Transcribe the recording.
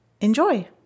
Enjoy